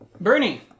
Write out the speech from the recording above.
Bernie